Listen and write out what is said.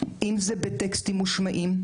אם זה בטקסטים מושמעים,